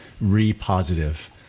re-positive